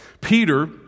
Peter